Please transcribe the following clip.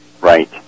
Right